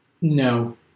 no